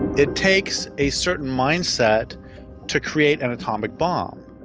it takes a certain mindset to create an atomic bomb